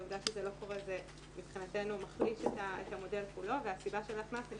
העובדה שזה לא קורה זה מבחינתנו מחליש את המודל כולו והסיבה שנתתי,